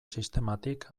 sistematik